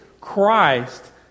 Christ